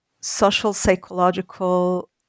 social-psychological